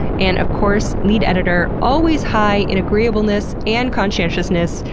and of course, lead editor, always high in agreeableness and conscientiousness,